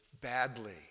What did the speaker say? badly